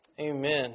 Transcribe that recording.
Amen